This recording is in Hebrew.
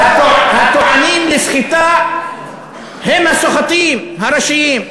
הטוענים על סחיטה הם הסוחטים הראשיים.